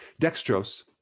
Dextrose